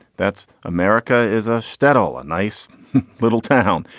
that's america is a shtetl, a nice little town,